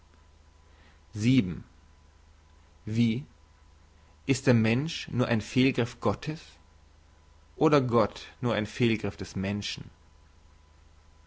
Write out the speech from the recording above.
wie ist der mensch nur ein fehlgriff gottes oder gott nur ein fehlgriff des menschen